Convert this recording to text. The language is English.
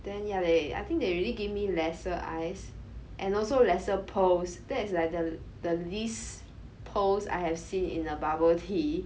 then ya they I think they really give me lesser ice and also lesser pearls that's like the the least pearls I have seen in a bubble tea